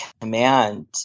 command